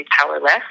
powerless